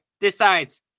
decides